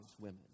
women